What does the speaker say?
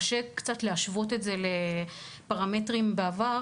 קשה קצת להשוות את זה לפרמטרים שהיו בעבר,